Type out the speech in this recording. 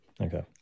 Okay